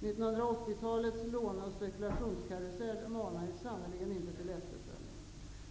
1980 talets låne och spekulationskarusell manar sannerligen inte till efterföljd.